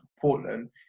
Portland